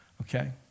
Okay